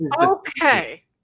okay